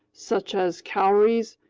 such as cowries,